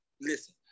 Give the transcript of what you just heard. Listen